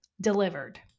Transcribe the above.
delivered